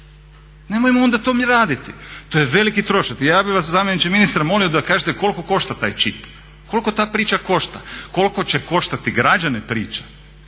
Nemojmo onda to mi raditi. To je veliki trošak. Ja bih vas zamjeniče ministra molio da kažete koliko košta taj čip. Koliko ta priča košta? Koliko će koštati građane priča?